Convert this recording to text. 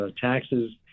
taxes